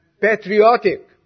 patriotic